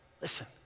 Listen